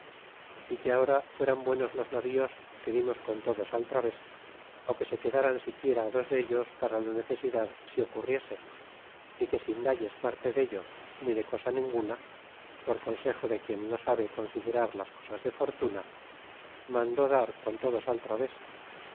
é que ahora fueran buenos los navíos que dimos con todos al través ó que se quedaran siquiera dos dellos para la necesidad si ocurriese y que sin dalles parte dello ni de cosa ninguna por consejo de quien no sabe considerar las cosas de fortuna mandó dar con todos al través